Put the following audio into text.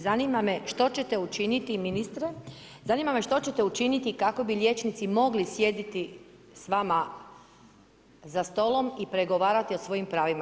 Zanima me što ćete učiniti ministre, zanima me što ćete učiniti kako bi liječnici mogli sjediti s vama za stolom i pregovarati o svojim pravima.